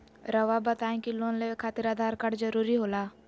रौआ बताई की लोन लेवे खातिर आधार कार्ड जरूरी होला?